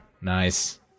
Nice